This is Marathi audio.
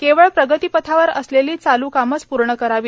केवळ प्रगतीपथावर असलेली चालू कामेच पूर्ण करावी